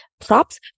props